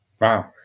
wow